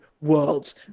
worlds